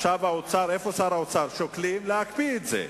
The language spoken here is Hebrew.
עכשיו האוצר, איפה שר האוצר, שוקל להקפיא את זה.